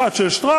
אחת של "שטראוס",